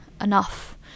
enough